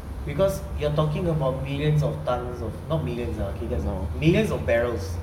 because you are talking about millions of tons of not millions lah okay that's millions of barrels